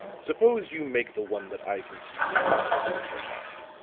suppose you make the one that i can see you turning over in your mind.